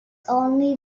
only